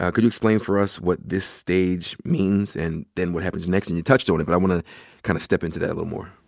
could you explain for us what this stage means, and then what happens next? and you touched on it, but i want to kind of step into that a little more.